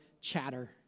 chatter